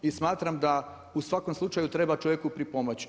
I smatram da u svakom slučaju treba čovjeku pripomoći.